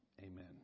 Amen